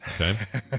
Okay